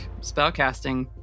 spellcasting